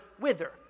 wither